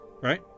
right